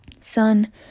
Son